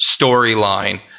storyline